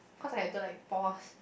cause I have to like pause